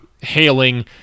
hailing